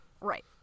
Right